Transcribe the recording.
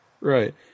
Right